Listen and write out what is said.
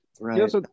Right